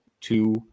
two